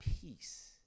peace